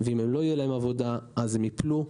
ואם לא תהיה להם עבודה הם ייפלו,